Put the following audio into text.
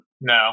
no